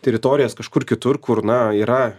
teritorijas kažkur kitur kur na yra